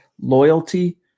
loyalty